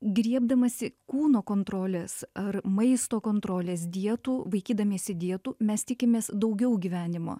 griebdamasi kūno kontrolės ar maisto kontrolės dietų laikydamiesi dietų mes tikimės daugiau gyvenimo